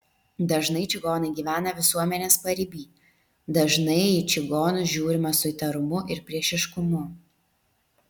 dažnai čigonai gyvena visuomenės pariby dažnai į čigonus žiūrima su įtarumu ir priešiškumu